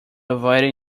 avoided